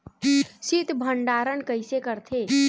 शीत भंडारण कइसे करथे?